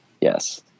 Yes